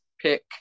pick